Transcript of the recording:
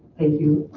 thank you,